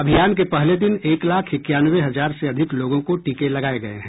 अभियान के पहले दिन एक लाख इक्यानवे हजार से अधिक लोगों को टीके लगाये गये हैं